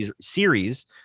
series